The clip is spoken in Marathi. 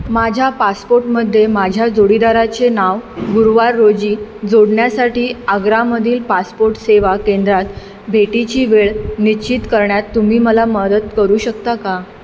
माझ्या पासपोटमध्ये माझ्या जोडीदाराचे नाव गुरुवार रोजी जोडण्यासाठी आग्रामधील पासपोट सेवा केंद्रात भेटीची वेळ निश्चित करण्यात तुम्ही मला मदत करू शकता का